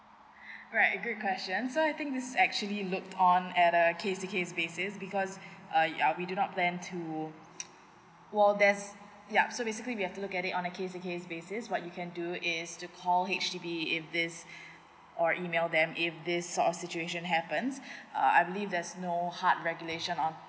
alright good question so I think this is actually look on at a case to case basis because uh ya we do not plan to while there's ya so basically we have to look at it on a case to case basis what you can do is to call H_D_B if this or email them if this sort of situation happens uh I believe there's no hard regulation on